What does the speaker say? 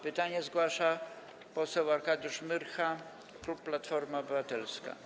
Pytanie zgłasza poseł Arkadiusz Myrcha, klub Platforma Obywatelska.